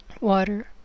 water